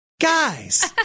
Guys